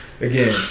again